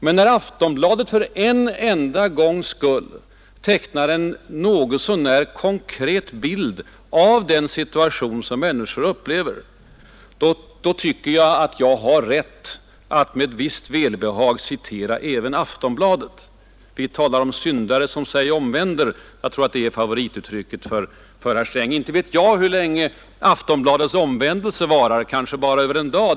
Men när Aftonbladet för en enda gångs skull tecknar en något så när riktig bild av den situation som människor upplever, då tycker jag att jag har rätt att med visst välbehag återge även Aftonbladet. Vi brukar tala om syndare som sig omvänder. Jag tror att det är herr Strängs favorituttryck. Inte vet jag hur länge Aftonbladets omvändelse varar. Kanske bara över en dag.